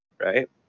right